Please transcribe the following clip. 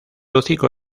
hocico